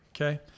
okay